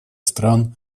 стран